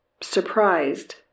surprised